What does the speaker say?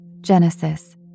Genesis